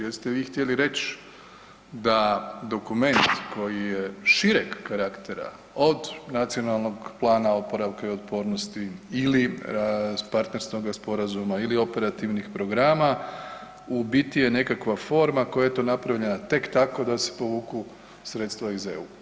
Jeste vi htjeli reći da dokument koji je šireg karaktera od nacionalnog plana oporavka i otpornosti ili partnerskoga sporazuma ili operativnih programa u biti je nekakva forma koja je eto napravljena tek tako da se povuku sredstva iz EU.